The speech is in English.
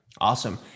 Awesome